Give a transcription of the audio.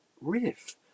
riff